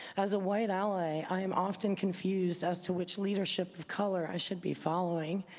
as a white ally, i am often confused as to which leadership of color i should be following.